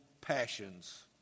passions